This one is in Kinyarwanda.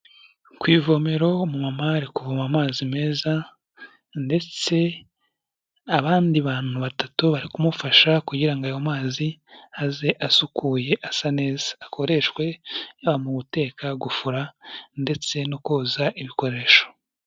Ku ivomero umumama ari kuvoma amazi meza, ndetse abandi bantu batatu bari kumufasha kugirango ngo ayo mazi aze asukuye asa neza akoreshwe, mu guteka, gufura ndetse no koza ibikoresho.